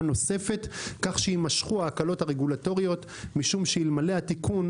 נוספת כך שיימשכו ההקלות הרגולטוריות משום שאלמלא התיקון,